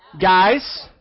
Guys